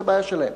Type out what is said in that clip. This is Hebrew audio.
זו בעיה שלהם.